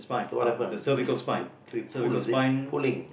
so what happen this the pull is it pulling